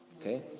Okay